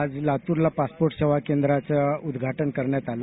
आज लातूरला पासपोट सेवा केंद्रांच उदघाटन करण्यात आलं